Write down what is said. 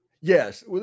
Yes